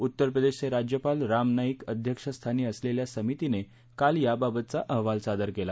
उत्तर प्रदश्चे राज्यपाल राम नाईक अध्यक्षस्थानी असलख्खा समितीन काल याबाबतचा अहवाल सादर कला